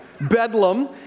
Bedlam